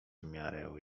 miarę